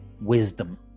wisdom